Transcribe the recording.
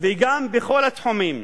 וגם בכל התחומים: